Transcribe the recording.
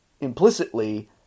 implicitly